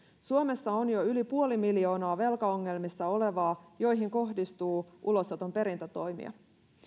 suomessa on jo yli puoli miljoonaa velkaongelmissa olevaa joihin kohdistuu ulosoton perintätoimia